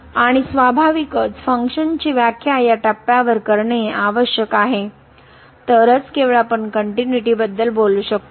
आणि स्वाभाविकच फंक्शनची व्याख्या या टप्प्यावर करणे आवश्यक आहे तरच केवळ आपण कनट्युनिटी बद्दल बोलू शकतो